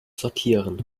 sortieren